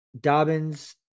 Dobbins